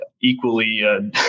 equally